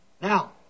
Now